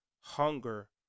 hunger